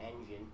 engine